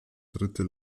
dritte